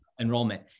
enrollment